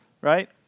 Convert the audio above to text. right